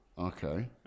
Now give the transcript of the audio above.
Okay